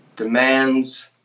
demands